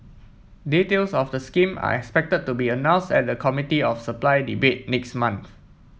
details of the scheme are expected to be announced at the Committee of Supply debate next month